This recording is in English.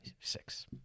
six